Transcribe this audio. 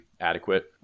adequate